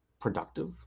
productive